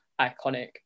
iconic